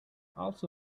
also